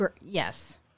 yes